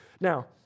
Now